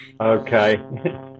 okay